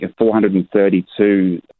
432